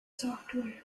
software